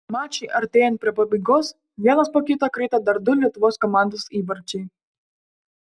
mačui artėjant prie pabaigos vienas po kito krito dar du lietuvos komandos įvarčiai